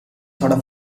thought